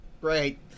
Great